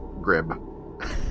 Grib